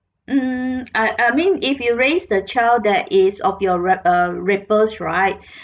mm I I mean if you raise the child that is of your rap~ err rapers right